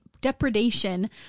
depredation